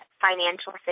financial